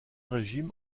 régime